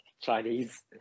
Chinese